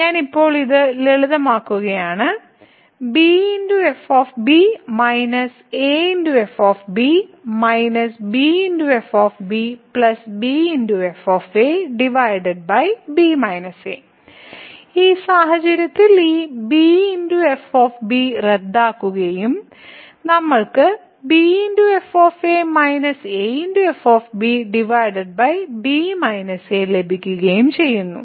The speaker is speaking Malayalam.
ഞാൻ ഇപ്പോൾ ഇത് ലളിതമാക്കുകയാണെങ്കിൽ ഈ സാഹചര്യത്തിൽ ഈ bf റദ്ദാക്കുകയും നമ്മൾക്ക് ലഭിക്കുകയും ചെയ്യുന്നു